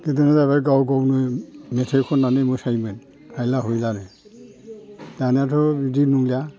गोदोना जाबाय गाव गावनो मेथाइ खननानै मोसायोमोन हायला हुइलानो दानियाथ' बिदि नंलिया